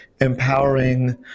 empowering